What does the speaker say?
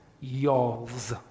Y'all's